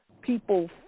people